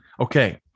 Okay